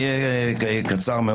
אני אקצר.